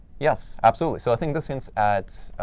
yes, absolutely. so i think this hints at